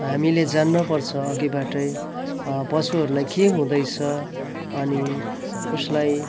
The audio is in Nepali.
हामीले जान्न पर्छ अघिबाटै पशुहरूलाई के हुँदैछ अनि उसलाई